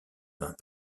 vint